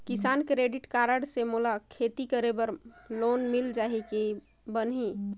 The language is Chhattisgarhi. किसान क्रेडिट कारड से मोला खेती करे बर लोन मिल जाहि की बनही??